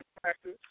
practice